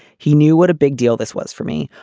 he knew what a big deal this was for me.